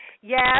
Yes